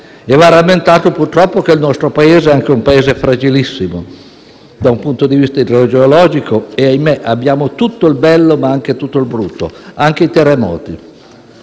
Va rammentato purtroppo che il nostro è anche un Paese fragilissimo dal punto di vista idrogeologico. Ahimè, abbiamo tutto il bello, ma anche tutto il brutto, tra cui i terremoti.